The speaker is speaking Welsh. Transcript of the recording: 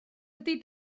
ydy